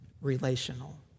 Relational